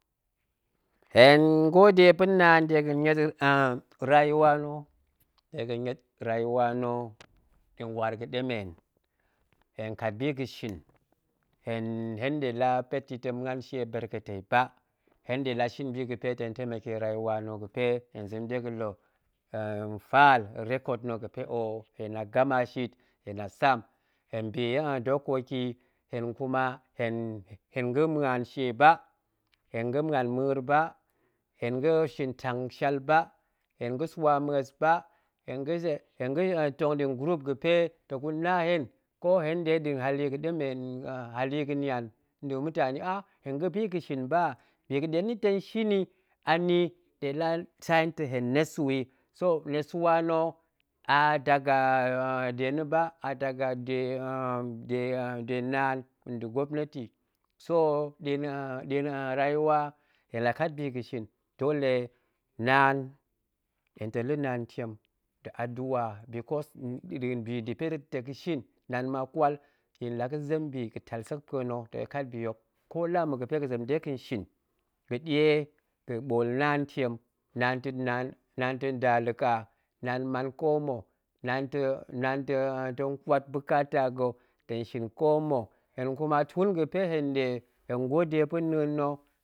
Hen gode pa̱ naan dega̱ niet rau wa na̱, nɗa̱a̱n waar ga̱ɗemen, hen ga̱kat bi ga̱nshin, hen hen nɗe la pet yi tong muan shie berka tei ba, hen nɗe la shin a bi ga̱pe tong temeke rayuwa na̱, ga̱pe hen zem dega̱n la̱ file record na ga̱pe oh, hen la gama shit hen la sam, hen bi dokoki, hen kuma hen, hen ga̱ muan shie ba, hen ga̱ muan ma̱a̱r ba, hen ga̱ shin tang shal ba, hen ga̱swa mues ba, hen gatong nɗa̱a̱n group ga̱pe tong guna na hen ko hen nɗe nɗe an hali ga̱ɗemen, hali ga̱nian, nɗa̱a̱n mutani a hen ga̱bi ga̱shin ba, bi ga̱ɗe na̱ ta̱ shinyi, a ni nɗe la sa hen ta, hen nesu yi, so nesu wana̱, a daga de na̱ ba, a daga de naan nda̱ gaoop neti, so nɗa̱a̱n rayuwa hen la kat biga̱n shin dole naan, hen ta̱ la naan ntiem nda̱ adu'a because nɗa̱a̱n dip bi ga̱pe ta̱ ga̱shin naan makwal, yin la ga̱zem bi ga̱tal sekpue na̱, ta̱ ya̱ kat bi hok, ko laa mana̱ ya̱pe ga̱zem dega̱n shin, ga̱ɗe ga̱ ɓoolnaan ntiem, naan ta̱ nda la̱ka, naan man ko mma̱ nlaan ta̱ tong kwat bukata ga̱ta̱ shin koma̱, hen kuma tun ga̱pe hen nɗe hen gode pa̱ na̱a̱n na̱